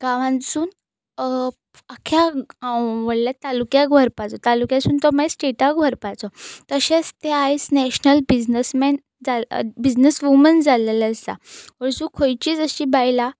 गांवानसून आख्ख्या आंव व्हडल्या तालुक्याक व्हरपाचो तालुक्यासून तो मागीर स्टेटाक व्हरपाचो तशेंच तें आयज नॅशनल बिझनसमॅन जाल बिझनॅसवुमन जाल्लेलें आसा हय सो खंयचीच अशीं बायलां